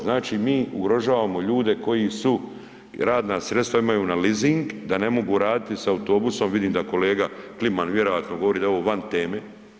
Znači mi ugrožavamo ljude koji su i radna sredstva imaju na lizing da ne mogu raditi sa autobusom, vidim da kolega klima vjerojatno govori da je ovo van teme.